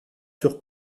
sur